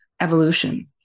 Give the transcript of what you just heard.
evolution